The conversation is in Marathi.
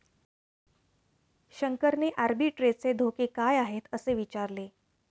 शंकरने आर्बिट्रेजचे धोके काय आहेत, असे विचारले